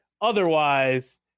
otherwise